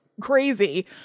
crazy